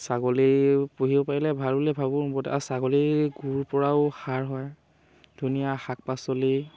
ছাগলী পুহিব পাৰিলে ভাল বুলি ভাবোঁ মোৰ ছাগলীৰ গুৰ পৰাও সাৰ হয় ধুনীয়া শাক পাচলি